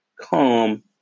Calm